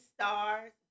stars